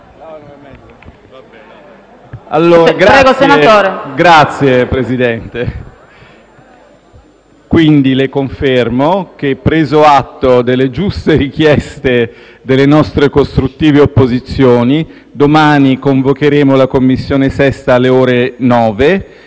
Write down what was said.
Signor Presidente, le confermo che, preso atto delle giuste richieste delle nostre costruttive opposizioni, domani convocheremo la 6a Commissione alle ore 9